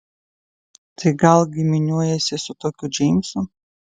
tai gal giminiuojiesi su tokiu džeimsu